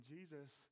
Jesus